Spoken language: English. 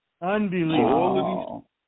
Unbelievable